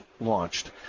launched